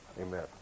amen